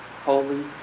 holy